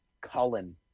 Cullen